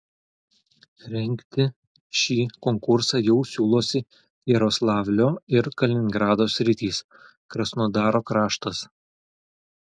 rengti šį konkursą jau siūlosi jaroslavlio ir kaliningrado sritys krasnodaro kraštas